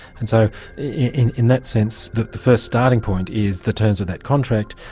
and so in that sense the the first starting point is the terms of that contract.